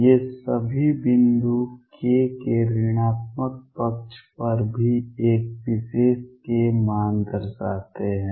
ये सभी बिंदु k के ऋणात्मक पक्ष पर भी एक विशेष k मान दर्शाते हैं